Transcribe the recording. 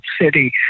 City